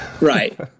Right